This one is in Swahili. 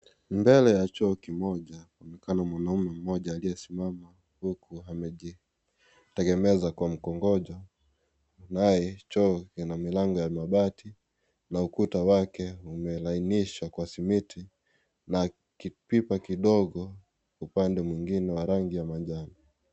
Mbele ya choo kimoja, kunaonekana mwanaume mmoja, aliyesimama huku amejitegemeza kwa mkongojo. Naye choo ina milango ya mabati, na ukuta wake umelainishwa kwa simiti na kipipa kidogo upande mwingine wa rangi ya manjano.